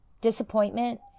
disappointment